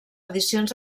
edicions